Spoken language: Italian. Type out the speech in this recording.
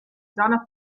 zona